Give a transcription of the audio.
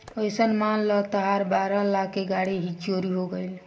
अइसन मान ल तहार बारह लाख के गाड़ी चोरी हो गइल